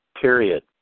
period